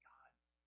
God's